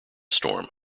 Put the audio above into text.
storm